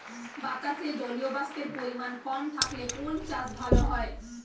বাতাসে জলীয়বাষ্পের পরিমাণ কম থাকলে কোন চাষ ভালো হয়?